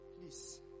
Please